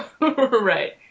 Right